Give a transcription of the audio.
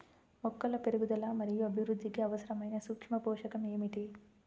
మొక్కల పెరుగుదల మరియు అభివృద్ధికి అవసరమైన సూక్ష్మ పోషకం ఏమిటి?